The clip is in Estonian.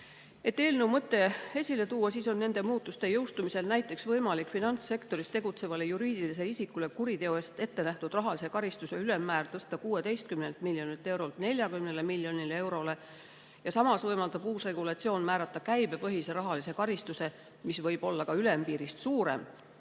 eelnõu mõte esile tuua, ütlen, et nende muudatuste jõustumise korral on näiteks võimalik finantssektoris tegutsevale juriidilisele isikule kuriteo eest ettenähtud rahalise karistuse ülemmäär tõsta 16 miljonilt eurolt 40 miljonile eurole. Samas võimaldab uus regulatsioon määrata käibepõhise rahalise karistuse, mis võib olla ka ülempiirist suurem.